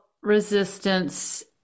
resistance